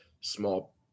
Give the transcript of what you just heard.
small